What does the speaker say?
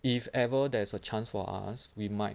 if ever there is a chance for us we might